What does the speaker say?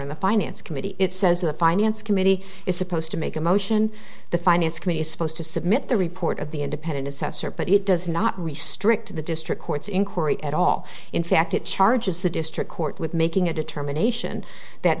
in the finance committee it says the finance committee is supposed to make a motion the finance committee is supposed to submit the report of the independent assessor but it does not restrict the district court's inquiry at all in fact it charges the district court with making a determination that